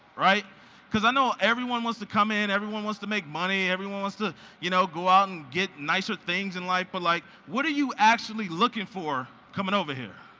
because i know everyone wants to come in, everyone wants to make money, everyone wants to you know go out and get nicer things in life, but like what are you actually looking for coming over here?